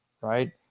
right